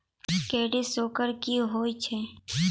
Credit score की होय छै?